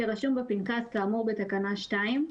כרשום בפנקס כאמור בתקנה 2,